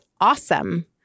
awesome